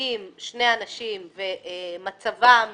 מגיעים שני אנשים ומצבם